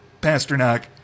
Pasternak